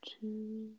two